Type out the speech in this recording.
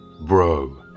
Bro